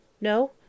No